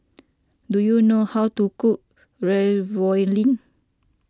do you know how to cook Ravioli